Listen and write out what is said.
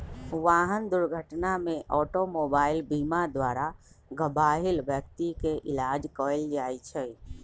वाहन दुर्घटना में ऑटोमोबाइल बीमा द्वारा घबाहिल व्यक्ति के इलाज कएल जाइ छइ